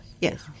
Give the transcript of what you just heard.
Yes